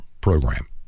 program